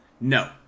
No